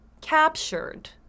captured